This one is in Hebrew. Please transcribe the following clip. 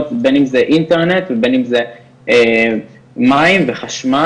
בין אם זה אינטרנט בין אם זה מים וחשמל,